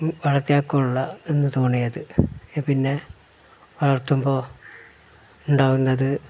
വളർത്തിയാക്കുള്ള എന്നു തോന്നിയത് പിന്നെ വളർത്തുമ്പോൾ ഉണ്ടാകുന്നത്